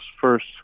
first